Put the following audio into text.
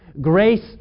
Grace